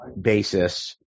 basis